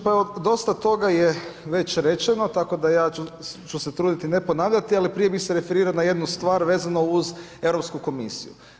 Pa evo dosta toga je već rečeno, tako da ja ću se truditi ne ponavljati, ali prije bih se nadovezao na jednu stvar vezano uz Europsku komisiju.